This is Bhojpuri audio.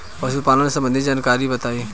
पशुपालन सबंधी जानकारी बताई?